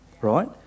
right